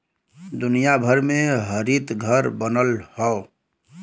दुनिया भर में हरितघर बनल हौ